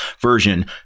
version